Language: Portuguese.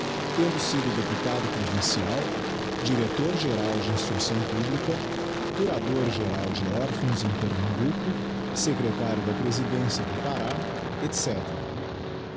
tendo sido deputado provincial director geral de instrucçâo publica curador geral de orphãos em pernambuco secretario da presidência do pará